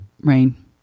Rain